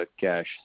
cash